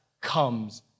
comes